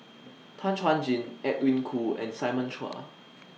Tan Chuan Jin Edwin Koo and Simon Chua